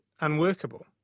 unworkable